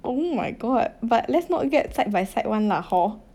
oh my god but let's not get side by side [one] lah hor